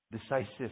decisive